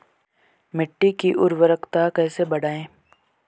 मिट्टी की उर्वरकता कैसे बढ़ायें?